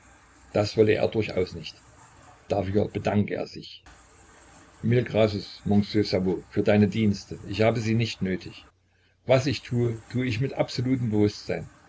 das wolle er durchaus nicht dafür bedanke er sich mille graces monsieur cerveau für deine dienste ich habe sie nicht nötig was ich tue tue ich mit absolutem bewußtsein